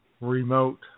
remote